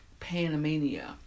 Panamania